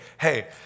hey